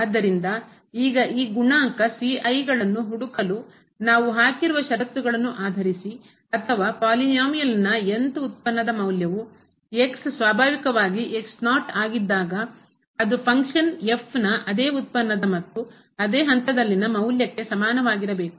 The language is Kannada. ಆದ್ದರಿಂದ ಈಗ ಈ ಗುಣಾಂಕ ಗಳನ್ನು ಹುಡುಕಲು ನಾವು ಹಾಕಿರುವ ಷರತ್ತುಗಳನ್ನು ಆಧರಿಸಿ ಅಥವಾ ಪಾಲಿನೋಮಿಯಲ್ನ ಬಹುಪದದ th ಉತ್ಪನ್ನದ ಮೌಲ್ಯವು ಸ್ವಾಭಾವಿಕವಾಗಿ ಆಗಿದ್ದಾಗ ಅದು ಫಂಕ್ಷನ್ನ ನ ಅದೇ ಉತ್ಪನ್ನದ ಮತ್ತು ಅದೇ ಹಂತದಲ್ಲಿನ ಮೌಲ್ಯಕ್ಕೆ ಸಮಾನವಾಗಿರಬೇಕು